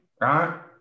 right